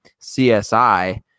CSI